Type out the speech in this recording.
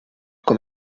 com